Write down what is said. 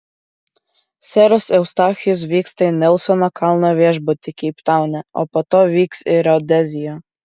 seras eustachijus vyksta į nelsono kalno viešbutį keiptaune o po to vyks į rodeziją